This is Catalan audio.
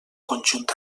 conjunt